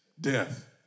Death